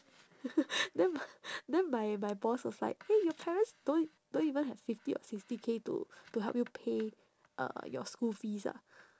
then my then my my boss was like !hey! your parents don't don't even have fifty or sixty K to to help you pay uh your school fees ah